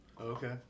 Okay